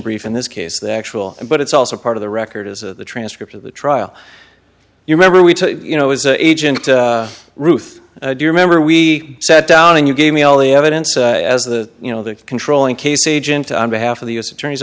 brief in this case the actual but it's also part of the record is the transcript of the trial you remember we you know as an agent ruth do you remember we sat down and you gave me all the evidence as the you know the controlling case agent on behalf of the u s attorney's